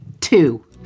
two